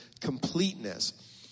completeness